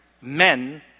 men